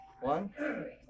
One